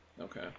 Okay